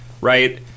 Right